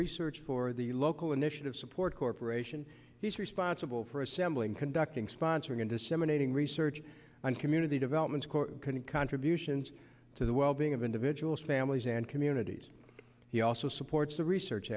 research for the local initiative support corporation he's responsible for assembling conducting sponsor going to salmon aiding research and community development contributions to the wellbeing of individuals families and communities he also supports the research